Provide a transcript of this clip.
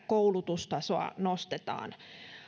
koulutustasoa nostetaan